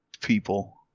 people